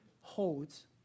holds